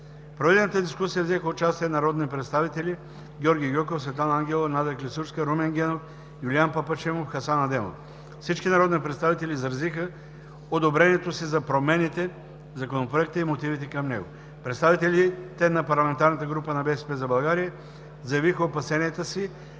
проведената дискусия взеха участие народните представители Георги Гьоков, Светлана Ангелова, Надя Клисурска, Румен Генов, Юлиян Папашимов и Хасан Адемов. Всички народни представители изразиха одобрението си за промените в Законопроекта и мотивите към него. Представителите на парламентарната група на „БСП за България“ заявиха опасенията си,